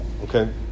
Okay